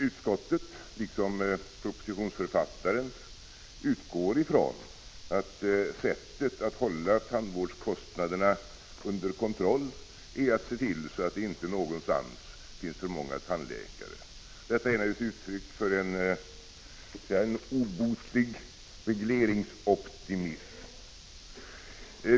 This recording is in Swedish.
Utskottet, liksom propositionsförfattaren, utgår ifrån att det rätta sättet att hålla tandvårdskostnaderna under kontroll är att se till att det inte någonstans finns för många tandläkare. Detta är naturligtvis uttryck för en obotlig regleringsoptimism.